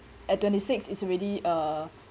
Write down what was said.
at twenty six is already uh